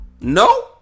No